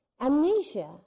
Amnesia